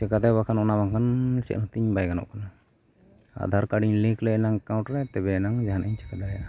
ᱪᱤᱠᱟᱛᱮ ᱵᱟᱠᱷᱟᱱ ᱚᱱᱟ ᱵᱟᱠᱷᱟᱱ ᱪᱮᱫ ᱦᱚᱸ ᱛᱤᱧ ᱵᱟᱭ ᱜᱟᱱᱚᱜ ᱠᱟᱱᱟ ᱟᱫᱷᱟᱨ ᱠᱟᱨᱰ ᱤᱧ ᱞᱤᱝ ᱞᱮᱜᱼᱟ ᱮᱠᱟᱣᱩᱱᱴ ᱨᱮ ᱛᱚᱵᱮ ᱟᱱᱟᱝ ᱡᱟᱦᱟᱱᱟᱜ ᱤᱧ ᱪᱤᱠᱟᱹ ᱫᱟᱲᱮᱭᱟᱜᱼᱟ